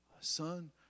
Son